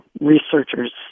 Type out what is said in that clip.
researchers